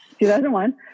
2001